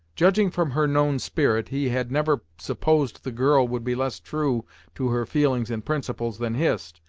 judging from her known spirit, he had never supposed the girl would be less true to her feelings and principles than hist,